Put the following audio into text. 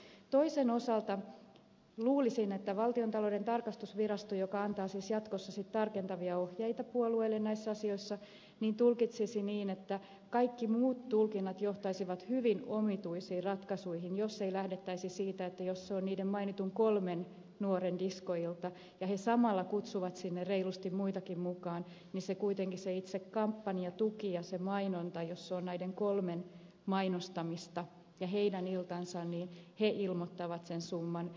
toisen osalta luulisin että kun valtiontalouden tarkastusvirasto siis antaa jatkossa tarkentavia ohjeita puolueille näissä asioissa niin tulkitsisin niin että kaikki muut tulkinnat johtaisivat hyvin omituisiin ratkaisuihin jos ei lähdettäisi siitä että jos se on niiden mainitun kolmen nuoren diskoilta ja he samalla kutsuvat sinne reilusti muitakin mukaan niin kuitenkin jos se kampanjatuki ja se mainonta on näiden kolmen mainostamista ja heidän iltansa niin he ilmoittavat sen summan